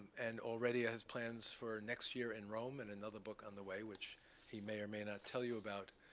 and already has plans for next year in rome and another book on the way, which he may or may not tell you about.